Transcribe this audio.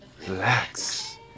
Relax